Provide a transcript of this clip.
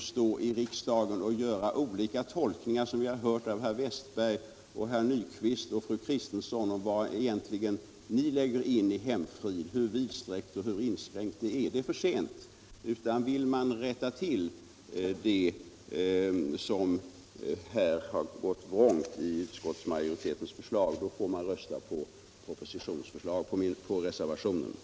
stå i riksdagen och göra olika tolkningar, som vi har hört av herr Westberg i Ljusdal, herr Nyquist och fru Kristensson, vad man egentligen lägger in i begreppet hemfrid, av hur vidsträckt och hur inskränkt det är. Det är försent. Vill man rätta till vad som här har gått vrångt i utskottsmajoritetens förslag, får man rösta på reservationen.